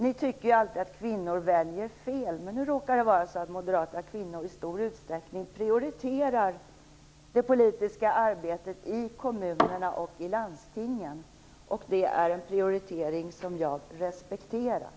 Ni tycker alltid att kvinnor väljer fel, men nu råkar det vara så att moderata kvinnor i stor utsträckning prioriterar det politiska arbetet i kommunerna och i landstingen. Det är en prioritering som jag respekterar.